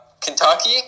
Kentucky